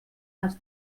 els